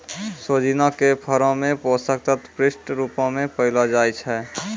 सोजिना के फरो मे पोषक तत्व पुष्ट रुपो मे पायलो जाय छै